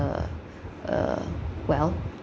a a well